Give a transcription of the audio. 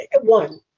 one